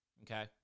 Okay